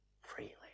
Freely